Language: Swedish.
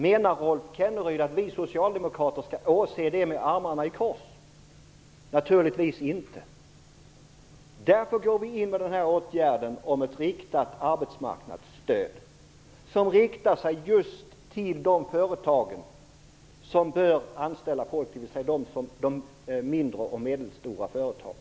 Menar Rolf Kenneryd att vi socialdemokrater skall åse detta med armarna i kors? Naturligtvis inte. Därför går vi in med ett riktat arbetsmarknadsstöd, som riktar sig just till de företag som bör anställa folk - dvs. mindre och medelstora företag.